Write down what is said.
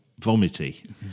vomity